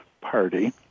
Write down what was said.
party